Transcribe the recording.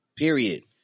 Period